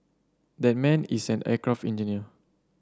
that man is an aircraft engineer